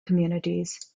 communities